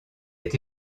est